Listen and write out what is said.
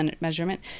measurement